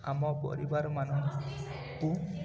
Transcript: ଆମ ପରିବାରମାନଙ୍କୁ